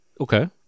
Okay